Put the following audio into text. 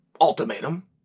ultimatum